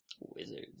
Wizards